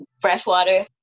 Freshwater